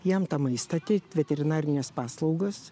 jam tą maistą teikt veterinarines paslaugas